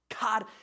God